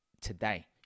today